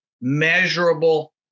measurable